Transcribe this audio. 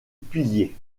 pilier